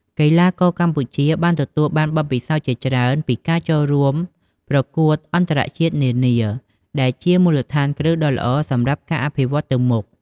កីឡាករកម្ពុជាបានទទួលបានបទពិសោធន៍ជាច្រើនពីការចូលរួមប្រកួតអន្តរជាតិនានា ដែលជាមូលដ្ឋានគ្រឹះដ៏ល្អសម្រាប់ការអភិវឌ្ឍទៅមុខ។